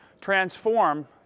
transform